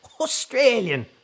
Australian